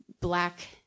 black